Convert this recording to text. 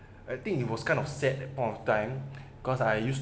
I think he was kind of sad that point of time cause I use